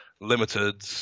limited